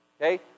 Okay